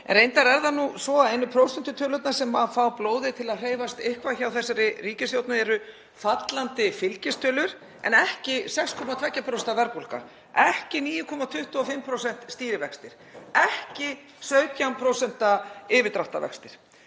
reyndar er það nú svo að einu prósentutölurnar sem fá blóðið til að hreyfast eitthvað hjá þessari ríkisstjórn eru fallandi fylgistölur en ekki 6,2% verðbólga, ekki 9,25% stýrivextir, ekki 17% yfirdráttarvextir.